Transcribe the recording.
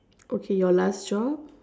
okay your last job